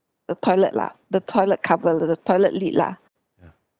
the toilet lah the toilet cover the the pilot lid lah